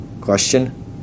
question